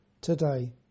today